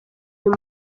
uyu